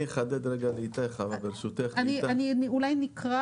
אני אקרא